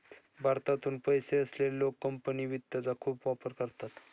भारतातून पैसे असलेले लोक कंपनी वित्तचा खूप वापर करतात